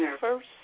first